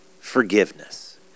forgiveness